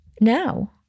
Now